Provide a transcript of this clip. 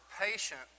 patient